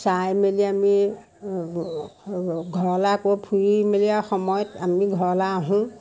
চাই মেলি আমি ঘৰলৈ আকৌ ফুৰি মেলি সময়ত আমি ঘৰলৈ আহোঁ